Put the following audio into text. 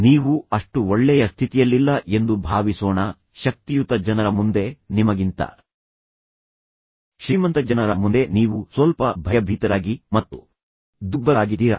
ನೀವು ಅಷ್ಟು ಒಳ್ಳೆಯ ಸ್ಥಿತಿಯಲ್ಲಿಲ್ಲ ಎಂದು ಭಾವಿಸೋಣ ಶಕ್ತಿಯುತ ಜನರ ಮುಂದೆ ನಿಮಗಿಂತ ಶ್ರೀಮಂತ ಜನರ ಮುಂದೆ ನೀವು ಸ್ವಲ್ಪ ಭಯಭೀತರಾಗಿ ಮತ್ತು ದುರ್ಬಲರಾಗಿದ್ದೀರಾ